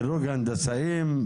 דירוג הנדסאים,